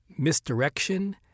misdirection